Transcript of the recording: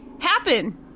happen